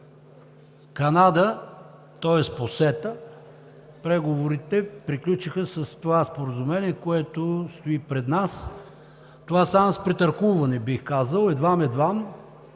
Канада, тоест по СЕТА, преговорите приключиха с това споразумение, което стои пред нас. Това стана с претъркулване бих казал, едвам-едвам,